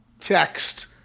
text